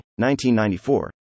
1994